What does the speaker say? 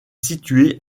situé